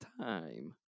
time